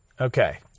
okay